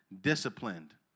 disciplined